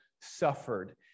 suffered